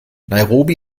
nairobi